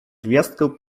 gwiazdkę